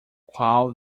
qual